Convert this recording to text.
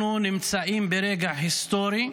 אנחנו נמצאים ברגע היסטורי,